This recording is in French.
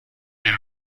est